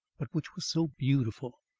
but which was so beautiful.